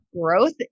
growth